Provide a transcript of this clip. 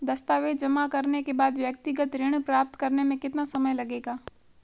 दस्तावेज़ जमा करने के बाद व्यक्तिगत ऋण प्राप्त करने में कितना समय लगेगा?